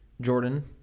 Jordan